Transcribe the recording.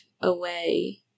away